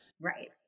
Right